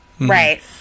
Right